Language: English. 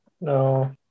No